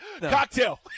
cocktail